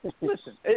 Listen